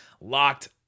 locked